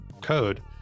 code